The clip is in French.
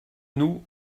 nous